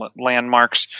landmarks